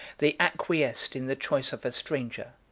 they acquiesced in the choice of a stranger,